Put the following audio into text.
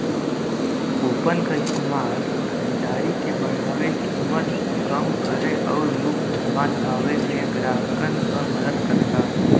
coupon क इस्तेमाल खरीदारी के बढ़ावे, कीमत कम करे आउर मुफ्त समान पावे में ग्राहकन क मदद करला